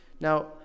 Now